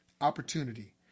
opportunity